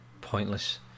pointless